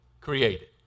created